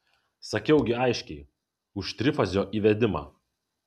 sakiau gi aiškiai už trifazio įvedimą